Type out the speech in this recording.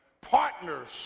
partners